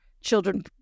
children